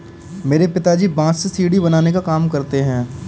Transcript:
मेरे पिताजी बांस से सीढ़ी बनाने का काम करते हैं